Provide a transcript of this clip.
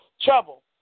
trouble